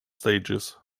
stages